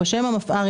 בשם המפא"ר,